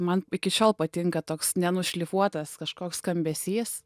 man iki šiol patinka toks nenušlifuotas kažkoks skambesys